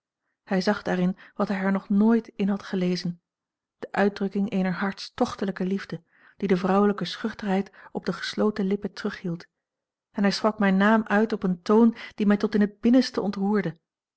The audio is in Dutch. hij zag daarin wat hij er nog nooit in had gelezen de uitdrukking eener hartstochtelijke liefde die de vrouwelijke schuchterheid op de gesloten lippen terughield en hij sprak mijn naam uit op een toon die mij tot a l g bosboom-toussaint langs een omweg in het binnenste ontroerde